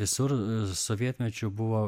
visur sovietmečiu buvo